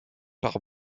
par